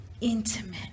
intimate